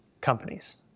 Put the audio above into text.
companies